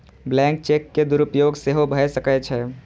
blank cheque के दुरुपयोग सेहो भए सकै छै